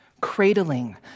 cradling